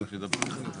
עכשיו למשרד,